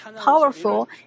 powerful